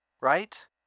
right